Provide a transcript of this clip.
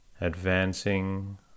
advancing